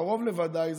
קרוב לוודאי,